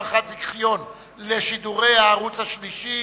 הארכת זיכיון לשידורי הערוץ השלישי),